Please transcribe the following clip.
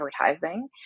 advertising